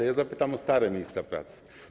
A ja zapytam o stare miejsca pracy.